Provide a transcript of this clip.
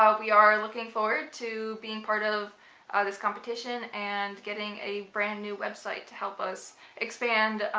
ah we are looking forward to being part of ah this competition and getting a brand new website to help us expand